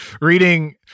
reading